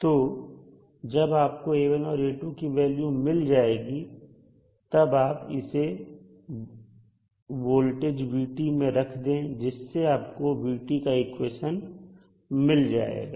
तो जब आपको A1 और A2 की वैल्यू मिल जाएंगी तब आप इसे वोल्टेज v में रख दे जिससे आपको v का इक्वेशन मिल जाएगा